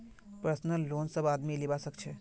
personal loan सब आदमी लीबा सखछे